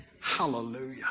Hallelujah